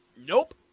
Nope